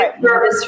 right